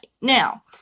Now